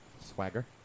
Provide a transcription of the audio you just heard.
Swagger